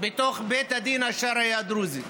בתוך בית הדין השרעי הדרוזי,